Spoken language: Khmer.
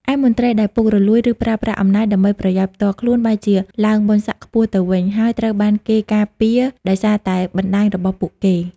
ឯមន្ត្រីដែលពុករលួយ ឬប្រើប្រាស់អំណាចដើម្បីប្រយោជន៍ផ្ទាល់ខ្លួន បែរជាឡើងបុណ្យស័ក្តិខ្ពស់ទៅវិញ ហើយត្រូវបានគេការពារដោយសារតែបណ្តាញរបស់ពួកគេ។